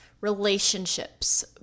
relationships